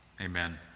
Amen